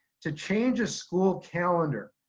to change a school calendar